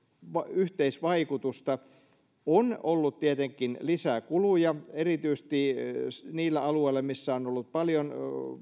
yhteisvaikutusta on ollut tietenkin lisäkuluja erityisesti niillä alueilla missä on on ollut paljon